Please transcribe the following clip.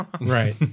right